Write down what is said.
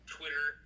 Twitter